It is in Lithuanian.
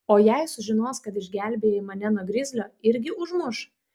o jei sužinos kad išgelbėjai mane nuo grizlio irgi užmuš